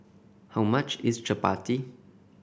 how much is chappati